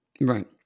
Right